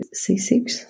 C6